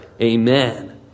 Amen